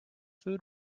food